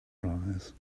surprise